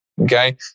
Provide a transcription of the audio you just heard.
Okay